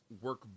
work